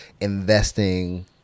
investing